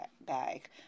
bag